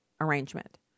arrangement